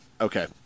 okay